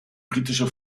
britische